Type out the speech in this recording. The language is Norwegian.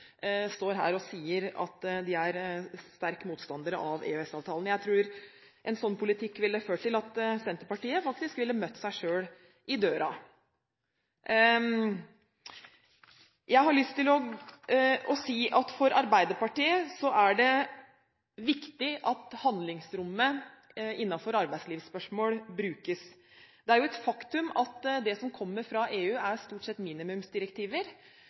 står her og sier at de er sterke motstandere av EØS-avtalen. Jeg tror en slik politikk ville ført til at Senterpartiet faktisk ville møtt seg selv i døren. For Arbeiderpartiet er det viktig at handlingsrommet innenfor arbeidslivsspørsmål brukes. Det er et faktum at det som kommer fra EU, stort sett er minimumsdirektiver,